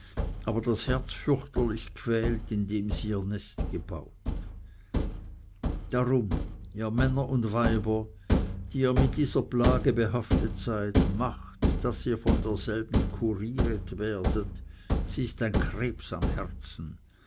aber das herz fürchterlich quält in dem sie ihr nest gebaut darum ihr männer und weiber die ihr mit dieser plage behaftet seid macht daß ihr von derselben kuriert werdet sie ist ein krebs am herzen